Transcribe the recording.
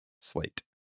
Slate